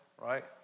right